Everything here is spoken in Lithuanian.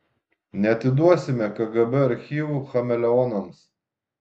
neatiduosime kgb archyvų chameleonams